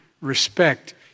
respect